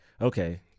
okay